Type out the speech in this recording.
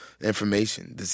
information